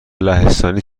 لهستانی